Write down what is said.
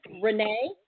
Renee